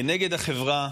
כנגד החברה,